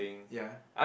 ya